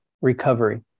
recovery